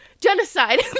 Genocide